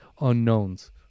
unknowns